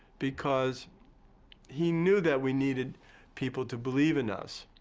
because he knew that we needed people to believe in us.